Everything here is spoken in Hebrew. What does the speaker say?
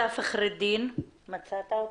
תודה.